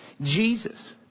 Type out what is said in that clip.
Jesus